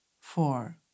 four